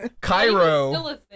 Cairo